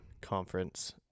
Conference